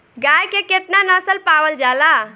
गाय के केतना नस्ल पावल जाला?